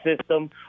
system